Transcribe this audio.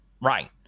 Right